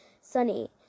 Sunny